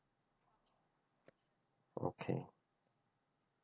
okay